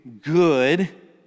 good